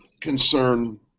concern